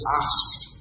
asked